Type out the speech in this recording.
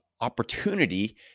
opportunity